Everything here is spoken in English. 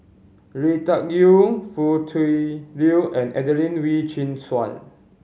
Lui Tuck Yew Foo Tui Liew and Adelene Wee Chin Suan